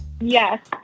Yes